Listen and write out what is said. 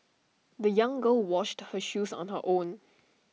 the young girl washed her shoes on her own